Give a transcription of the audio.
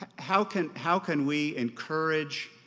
ah how can how can we encourage,